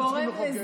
למה צריכים לחוקק?